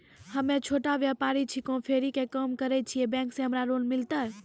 हम्मे छोटा व्यपारी छिकौं, फेरी के काम करे छियै, बैंक से हमरा लोन मिलतै?